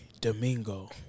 Domingo